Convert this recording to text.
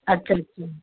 अच्छा अच्छा